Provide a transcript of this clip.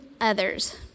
others